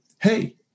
hey